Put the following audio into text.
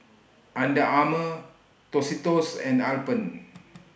Under Armour Tostitos and Alpen